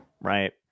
Right